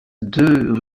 deux